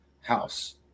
house